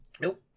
Nope